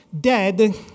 dead